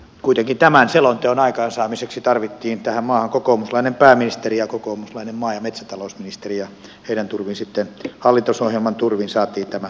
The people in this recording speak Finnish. kuitenkin tämän selonteon aikaansaamiseksi tarvittiin tähän maahan kokoomuslainen pääministeri ja kokoomuslainen maa ja metsätalousministeri ja heidän turvin sitten hallitusohjelman turvin saatiin tämä selonteko tänne